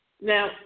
Now